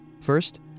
First